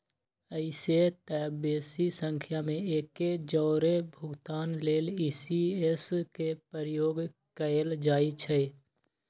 अइसेए तऽ बेशी संख्या में एके जौरे भुगतान लेल इ.सी.एस के प्रयोग कएल जाइ छइ